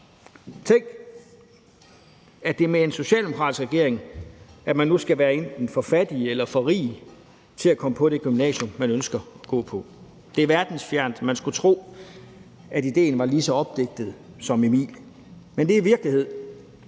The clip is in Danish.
Tænk, at det er med en socialdemokratisk regering, at man nu skal være enten for fattig eller for rig til at komme på det gymnasium, man ønsker at gå på. Det er verdensfjernt, og man skulle tro, at idéen var lige så opdigtet som Emil. Men det er virkelighed,